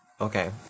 Okay